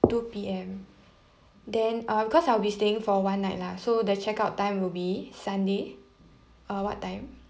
two P_M then uh because I'll be staying for one night lah so the check out time will be sunday uh what time